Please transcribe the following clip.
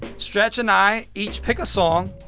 stretch and i each pick a song,